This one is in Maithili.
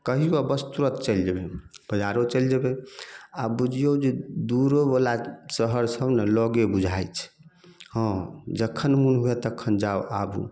कहियो आ बस तुरत चलि जेबै बजारो चलि जेबै आब बुझियौ जे दूरो बला शहर सब ने लगे बुझाइत छै हँ जखन मोन हुए तखन जाउ आबू